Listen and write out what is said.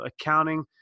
accounting